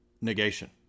negation